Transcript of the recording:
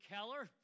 Keller